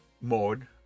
mode